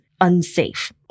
unsafe